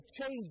change